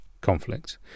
conflict